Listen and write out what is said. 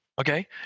Okay